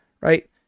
right